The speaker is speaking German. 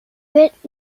wird